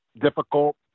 difficult